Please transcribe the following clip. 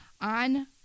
on